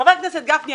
חבר הכנסת גפני,